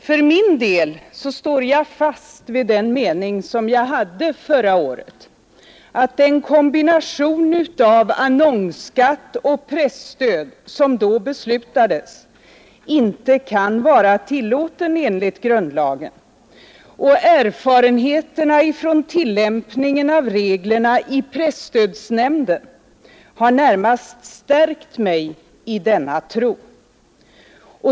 För min del står jag fast vid den mening som jag hade förra året, att den kombination av annonsskatt och presstöd som då beslutades knappast kan vara tillåten enligt grundlagen. Erfarenheterna från tillämpningen av reglerna i presstödsnämnden har närmast stärkt mig i denna tro.